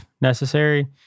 necessary